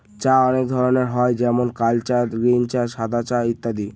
চা অনেক ধরনের হয় যেমন কাল চা, গ্রীন চা, সাদা চা ইত্যাদি